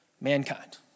mankind